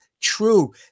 true